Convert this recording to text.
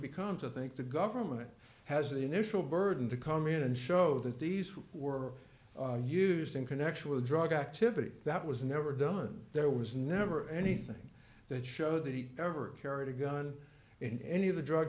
becomes i think the government has the initial burden to come in and show that these were used in connection with a drug activity that was never done there was never anything that showed that he ever carried a gun in any of the drug